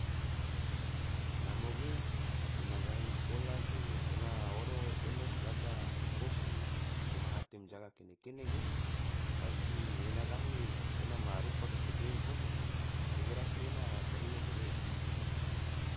Namo ge, ena gahi fola ge, ena oro eno sedaba gofu coma hate majaga kene kene ge, rasi ena gahi ena ma rupa ge tebe hono tege, rasi ena terine kage